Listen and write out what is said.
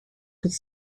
could